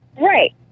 Right